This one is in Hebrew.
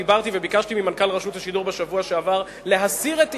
דיברתי בשבוע שעבר עם מנכ"ל רשות השידור וביקשתי ממנו להסיר את איומו,